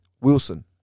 Wilson